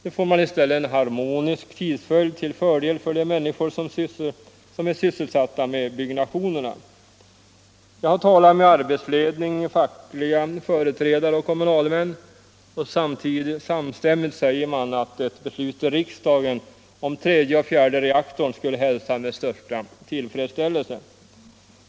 Nu får man i stället en harmonisk tidsföljd till fördel för de människor som är sysselsatta med byggnationerna. Jag har talat med arbetsledning, fackliga företrädare och kommunalmän. Samstämmigt säger de att ett beslut i riksdagen om tredje och fjärde reaktorn skulle hälsas med största tillfredsställelse.